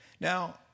Now